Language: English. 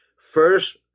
First